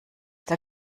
der